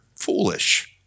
foolish